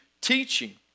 teaching